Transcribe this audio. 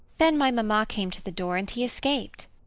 then my mamma came to the door, and, he escaped.